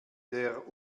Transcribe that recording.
der